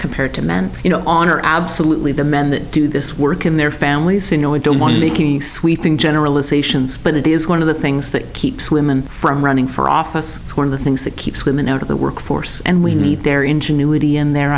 compared to men you know on are absolutely the men that do this work in their families you know we don't want to sweeping generalizations but it is one of the things that keeps women from running for office one of the things that keeps women out of the workforce and we need their ingenuity and their